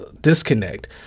disconnect